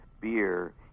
beer